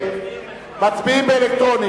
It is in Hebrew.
אנחנו מצביעים אלקטרונית.